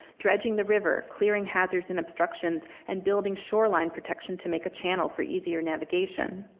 dredging the river, clearing hazards and obstructions, and building shoreline protection to make a channel for easier navigation.